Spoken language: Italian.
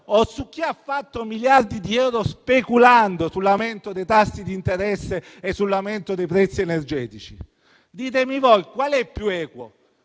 su chi ha fatto miliardi di euro speculando sull'aumento dei tassi di interesse e sull'aumento dei prezzi energetici? Ditemi voi cos'è più equo.